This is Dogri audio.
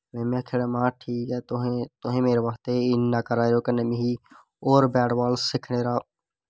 में आक्खेआ महां ठीक ऐ तुस मेरे बास्तै इन्ना करा दे ओ कन्ने मिगी होर बैटबॉल सिक्खने दा